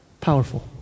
Powerful